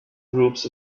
groups